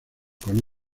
con